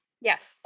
Yes